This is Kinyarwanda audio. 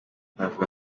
bavuga